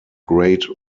great